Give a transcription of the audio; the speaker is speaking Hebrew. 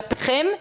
כלפיכם,